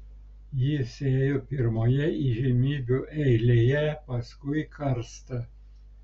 jis ėjo pirmoje įžymybių eilėje paskui karstą